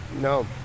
No